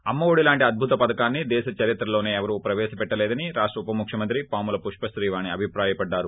అమ్మ ఒడి లాంటి అద్భుత పథకాన్ని దేశ చరిత్రలోనే ఎవరూ ప్రవేశపెట్లలేదని రాష్ట ఉపముఖ్యమంత్రి పాముల పుష్ప శ్రీవాణి అభిప్రాయపడ్డారు